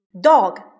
dog